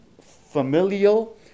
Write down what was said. familial